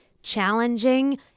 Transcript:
challenging